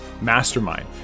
Mastermind